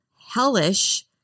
hellish